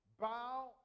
bow